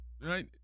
right